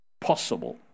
possible